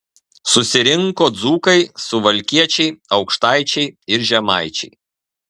susirinko dzūkai suvalkiečiai aukštaičiai ir žemaičiai